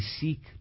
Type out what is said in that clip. seek